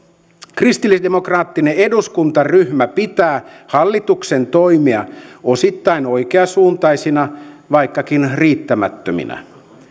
kristillisdemokraattinen eduskuntaryhmä pitää hallituksen toimia osittain oikeansuuntaisina vaikkakin riittämättöminä